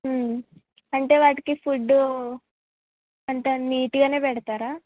అంటే వాటికి ఫుడ్డు అంతా నీట్గానే పెడతారా